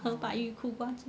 喝白玉苦瓜汁